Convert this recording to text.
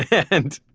and